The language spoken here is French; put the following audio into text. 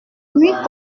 nuit